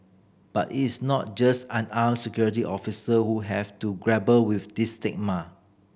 but it is not just unarmed security officer who have to grapple with this stigma